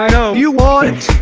know you want it,